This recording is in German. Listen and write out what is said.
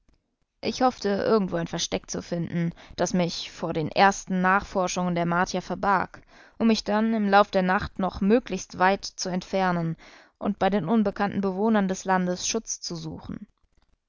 ich hoffte irgendwo ein versteck zu finden das mich vor den ersten nachforschungen der martier verbarg um mich dann im lauf der nacht noch möglichst weit zu entfernen und bei den unbekannten bewohnern des landes schutz zu suchen